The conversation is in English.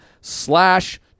slash